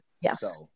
yes